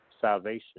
salvation